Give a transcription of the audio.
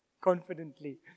confidently